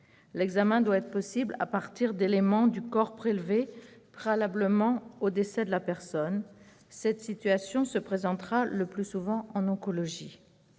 L'examen doit être possible à partir d'éléments du corps prélevés préalablement au décès de la personne. Cette situation se présentera le plus souvent en oncologie.